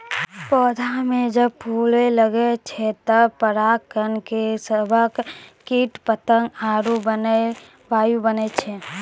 पौधा म जब फूल लगै छै तबे पराग कण के सभक कीट पतंग आरु वायु बनै छै